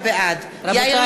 בעד יאיר לפיד,